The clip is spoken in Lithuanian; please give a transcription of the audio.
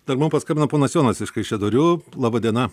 dar mum paskambino ponas jonas iš kaišiadorių laba diena